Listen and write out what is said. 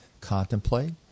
contemplate